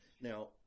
Now